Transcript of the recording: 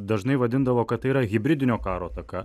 dažnai vadindavo kad tai yra hibridinio karo ataka